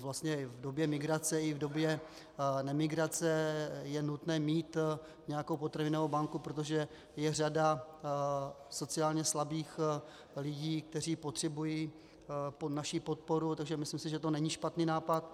Vlastně v době migrace i v době nemigrace je nutné mít nějakou potravinovou banku, protože je řada sociálně slabých lidí, kteří potřebují naši podporu, takže si myslím, že to není špatný nápad.